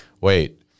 Wait